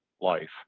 life